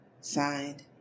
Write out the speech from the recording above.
Signed